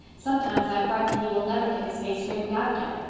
sometimes i am frightened he will never get his face straightened out again.